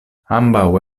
ambaŭ